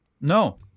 No